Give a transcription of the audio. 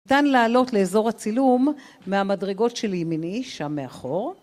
ניתן לעלות לאזור הצילום מהמדרגות שלימיני, שם מאחור.